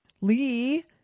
Lee